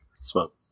smoke